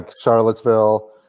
Charlottesville